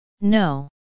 No